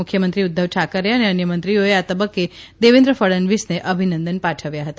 મુખ્યમંત્રી ઉધ્ધવ ઠાકરે ા ને ા ન્ય મંત્રીઓએ આ તબકકે દેવેન્દ્ર ફડણવીસને ા ભિનંદન પાઠવ્યા હતા